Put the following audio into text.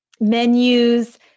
menus